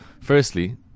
Firstly